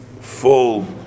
full